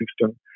system